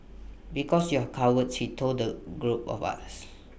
because you are cowards he told the group of us